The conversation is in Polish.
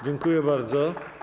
Dziękuję bardzo.